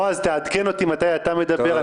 בועז, תעדכן אותי מתי אתה מדבר.